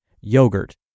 yogurt